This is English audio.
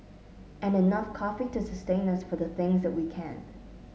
and enough coffee to sustain us for the things we can